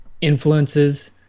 influences